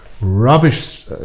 rubbish